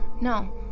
No